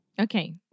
Okay